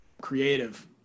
Creative